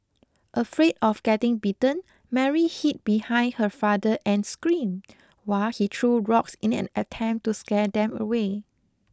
afraid of getting bitten Mary hid behind her father and screamed while he threw rocks in an attempt to scare them away